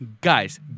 guys